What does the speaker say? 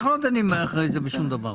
אנחנו לא דנים אחרי זה בשום דבר.